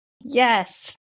Yes